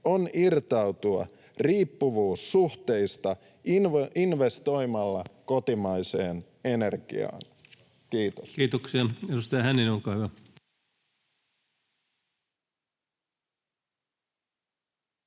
on irtautua riippuvuussuhteista investoimalla kotimaiseen energiaan. — Kiitos. Kiitoksia. — Edustaja Hänninen, olkaa hyvä.